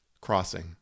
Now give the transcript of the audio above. crossing